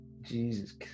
Jesus